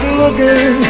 looking